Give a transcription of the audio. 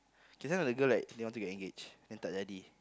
k just now that girl like didn't want to get engaged then tak jadi